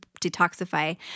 detoxify